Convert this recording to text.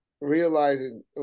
realizing –